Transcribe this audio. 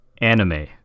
anime